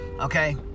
Okay